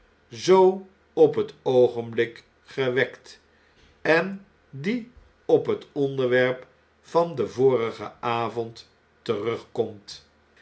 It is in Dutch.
zoo op het oogenblik gewekt en die op het onderwerp van den vorigen avondterugkomt